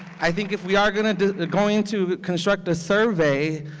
i think if we are going to going to construct a survey,